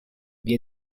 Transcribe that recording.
gli